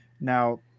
Now